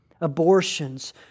abortions